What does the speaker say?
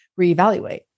reevaluate